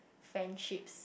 friendships